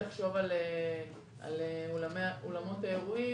צריך לחשוב על אולמות האירועים,